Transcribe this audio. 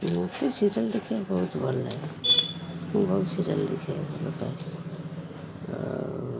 ମୋତେ ସିରିଏଲ ଦେଖିବା ବହୁତ ଭଲଲାଗେ ମୁଁ ବହୁତ ସିରିଏଲ ଦେଖିବାକୁ ଭଲପାଏ ଆଉ